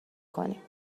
کنیم